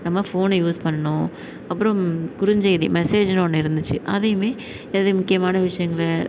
நம்ம ஃபோனை யூஸ் பண்ணிணோம் அப்புறோம் குறுஞ்செய்தி மெசேஜ்னு ஒன்று இருந்துச்சு அதையும் ஏதும் முக்கியமான விஷயங்கள